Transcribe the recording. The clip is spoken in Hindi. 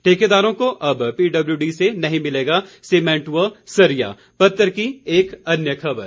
ठेकेदारों को अब पीडब्ल्यू डी से नहीं मिलेगा सीमेंट व सरिया पत्र की एक अन्य ख़बर